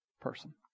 person